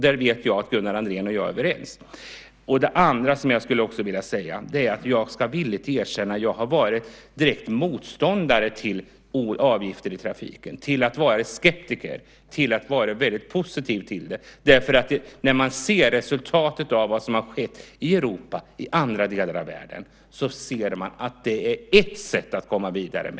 Där vet jag att Gunnar Andrén och jag är överens. Jag skulle också vilja framhålla att jag själv har gått från att ha varit direkt motståndare till avgifter i trafiken till att vara skeptiker och har till sist blivit positiv till det. När man ser resultatet av det som har skett i Europa och i andra delar av världen inser man att detta är ett sätt att komma vidare.